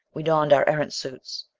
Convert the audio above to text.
we donned our erentz suits.